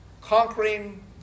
conquering